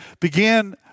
began